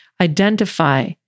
identify